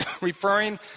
Referring